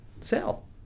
sell